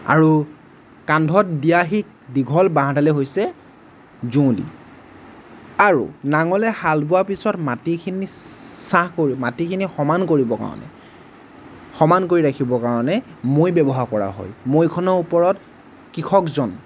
আৰু কান্ধত দিয়া সেই দীঘল বাঁহডালে হৈছে যুঁৱলি আৰু নাঙলে হাল বোৱা পিছত মাটিখিনি চাহ কৰি মাটিখিনি সমান কৰিব কাৰণে সমান কৰি ৰাখিবৰ কাৰণে মৈ ব্যৱহাৰ কৰা হয় মৈখনৰ ওপৰত কৃষকজন